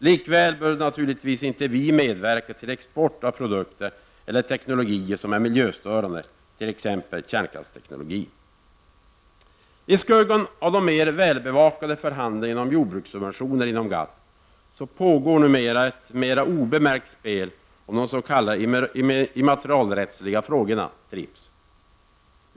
Likväl bör vi naturligtvis inte medverka till export av produkter eller teknologier som är miljöstörande, t.ex. I skuggan av de mer välbevakade förhandlingarna om jordbrukssubventioner inom GATT pågår ett mer obemärkt spel om de s.k. immaterialrättsliga frågorna, TRIPs.